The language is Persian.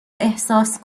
احساس